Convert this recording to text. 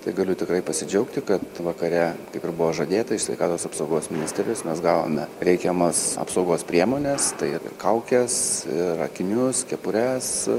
tai galiu tikrai pasidžiaugti kad vakare kaip ir buvo žadėta iš sveikatos apsaugos ministerijos mes gavome reikiamas apsaugos priemones tai ir kaukes ir akinius kepures